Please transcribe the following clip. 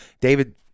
David